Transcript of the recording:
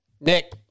Nick